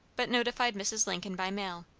but notified mrs. lincoln by mail.